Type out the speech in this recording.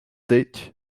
detg